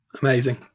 Amazing